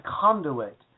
conduit